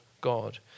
God